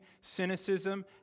cynicism